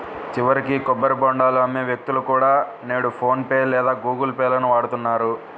చివరికి కొబ్బరి బోండాలు అమ్మే వ్యక్తులు కూడా నేడు ఫోన్ పే లేదా గుగుల్ పే లను వాడుతున్నారు